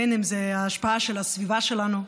בין שזה מההשפעה של הסביבה שלנו,